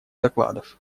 докладов